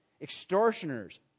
extortioners